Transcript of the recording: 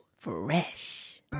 Fresh